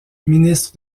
ministre